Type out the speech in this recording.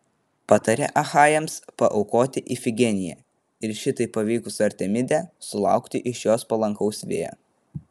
patarė achajams paaukoti ifigeniją ir šitaip paveikus artemidę sulaukti iš jos palankaus vėjo